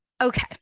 Okay